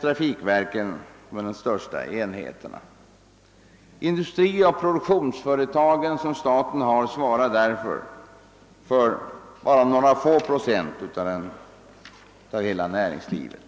trafikverken de största enheterna. De industrioch produktionsföretag som staten äger svarar därför bara för några få procent av hela näringslivet.